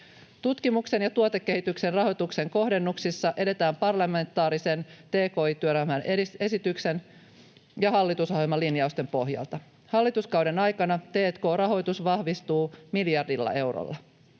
Tutkimuksen ja tuotekehityksen rahoituksen kohdennuksissa edetään parlamentaarisen tki-työryhmän esityksen ja hallitusohjelman linjausten pohjalta. Hallituskauden aikana t&k-rahoitus vahvistuu miljardilla eurolla.